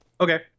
Okay